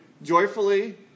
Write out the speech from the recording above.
joyfully